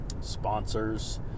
sponsors